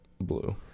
blue